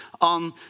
on